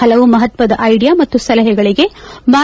ಹಲವು ಮಹತ್ವದ ಐಡಿಯಾ ಮತ್ತು ಸಲಹೆಗಳಿಗೆ ಮ್ಯೆ